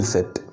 Set